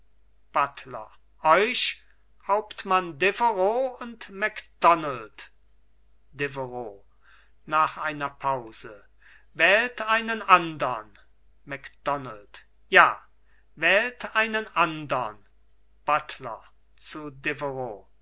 buttler euch hauptmann deveroux und macdonald deveroux nach einer pause wählt einen andern macdonald ja wählt einen andern buttler zu